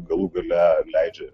galų gale leidžia